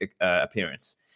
appearance